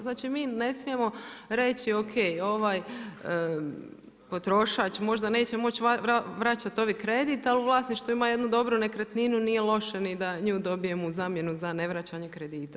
Znači, mi ne smijemo reći o.k. Ovaj potrošač možda neće moći vraćati ovaj kredit, ali u vlasništvu ima jednu dobru nekretninu, nije loše ni da nju dobijemo u zamjenu za nevraćanje kredita.